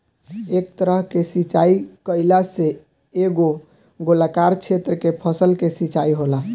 एह तरह के सिचाई कईला से एगो गोलाकार क्षेत्र के फसल के सिंचाई होला